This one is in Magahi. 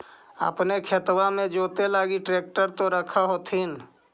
अपने खेतबा मे जोते लगी ट्रेक्टर तो रख होथिन?